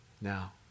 now